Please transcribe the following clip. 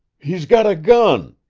he's got a gun.